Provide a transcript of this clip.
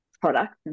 products